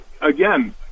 again